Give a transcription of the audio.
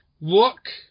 look